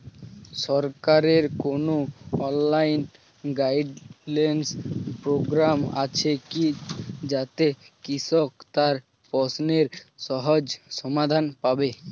সরকারের কোনো online guidance programme আছে কি যাতে কৃষক তার প্রশ্নের সহজ সমাধান পাবে?